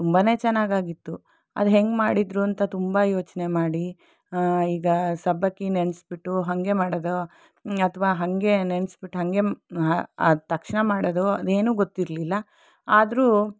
ತುಂಬನೇ ಚೆನ್ನಾಗಾಗಿತ್ತು ಅದು ಹೇಗೆ ಮಾಡಿದ್ರು ಅಂತ ತುಂಬ ಯೋಚನೆ ಮಾಡಿ ಈಗ ಸಬ್ಬಕ್ಕಿ ನೆನೆಸ್ಬಿಟ್ಟು ಬಿಟ್ಟು ಹಾಗೆ ಮಾಡೋದು ಅಥವಾ ಹಾಗೆ ನೆನೆಸಿ ಬಿಟ್ಟು ಹಾಗೆ ತಕ್ಷಣ ಮಾಡೋದು ಅದು ಏನೂ ಗೊತ್ತಿರಲಿಲ್ಲ ಆದರೂ